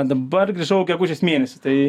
dabar grįžau gegužės mėnesį tai